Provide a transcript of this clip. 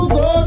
go